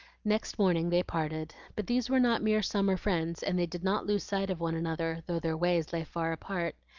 next morning they parted but these were not mere summer friends, and they did not lose sight of one another, though their ways lay far apart.